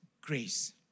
grace